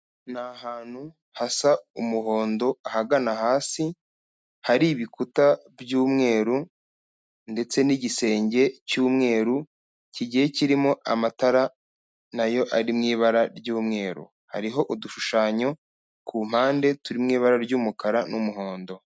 Ni ahantu hasa umuhondo ahagana hasi, hari ibikuta by'umweru ndetse n'igisenge cy'umweru kigiye kirimo amatara nayo ari mu ibara ry'umweru, hariho udushushanyo ku mpande turi mu ibara ry'umukara n'umuhondo.